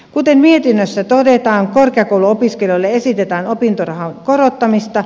kuten mietinnössä todetaan korkeakouluopiskelijoille esitetään opintorahan korottamista